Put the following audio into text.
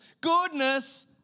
goodness